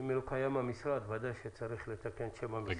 אם המשרד לא קיים ודאי שצריך לתקן את השם.